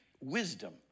wisdom